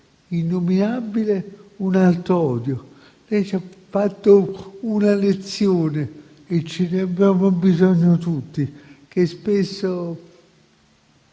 innominabile un altro odio. Lei ci ha fatto una lezione di cui avevamo bisogno tutti noi, che spesso